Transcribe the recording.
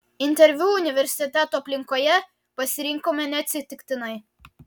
interviu universiteto aplinkoje pasirinkome neatsitiktinai